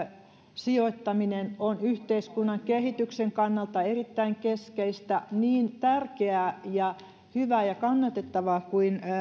sijoittaminen on yhteiskunnan kehityksen kannalta erittäin keskeistä niin tärkeää ja hyvää ja kannatettavaa kuin